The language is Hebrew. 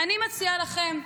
אני מציעה לכם: